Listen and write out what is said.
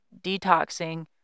detoxing